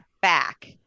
back